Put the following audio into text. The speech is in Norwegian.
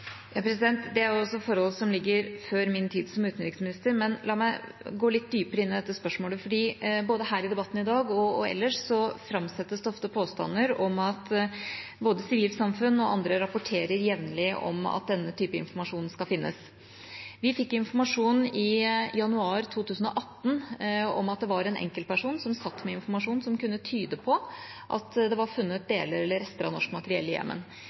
Det er forhold som ligger før min tid som utenriksminister, men la meg gå litt dypere inn i dette spørsmålet. Både her i debatten i dag og ellers framsettes det ofte påstander om at både sivilsamfunn og andre rapporterer jevnlig om at denne typen informasjon skal finnes. Vi fikk informasjon i januar 2018 om at det var en enkeltperson som satt med informasjon som kunne tyde på at det var funnet deler eller rester av norsk materiell i Jemen.